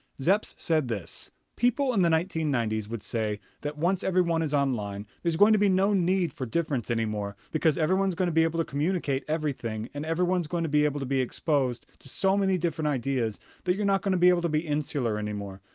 zepps said this people in the nineteen ninety s would say that once everyone is online there's going to be no need for difference anymore because everyone's going to be able to communicate everything and everyone's going to be able to be exposed to so many different ideas that you're not going to be able to be insular anymore.